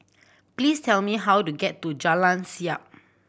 please tell me how to get to Jalan Siap